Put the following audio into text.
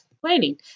planning